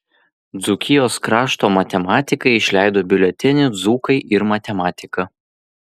dzūkijos krašto matematikai išleido biuletenį dzūkai ir matematika